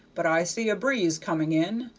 but i see a breeze coming in,